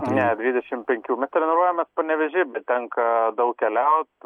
ne dvidešim penkių mes treniruojamės panevėžy bet tenka daug keliaut